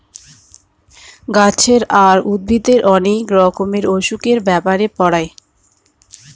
গাছের আর উদ্ভিদের অনেক রকমের অসুখের ব্যাপারে পড়ায়